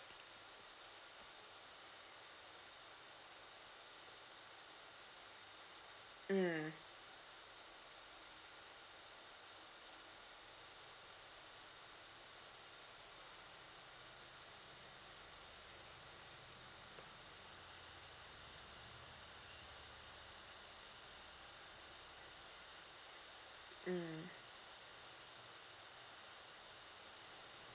mm mm